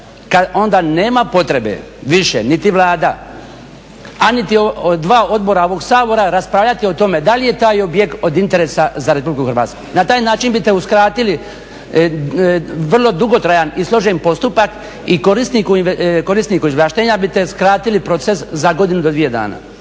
onda nema potrebe više niti Vlada, a niti dva odbora ovog Sabora raspravljati o tome da li je taj objekt od interesa za Republiku Hrvatsku. Na taj način biste uskratili vrlo dugotrajan i složen postupak i korisniku izvlaštenja biste skratili proces za godinu do dvije dana.